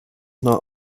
not